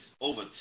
over